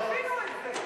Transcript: מתי תבינו את זה?